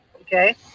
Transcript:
Okay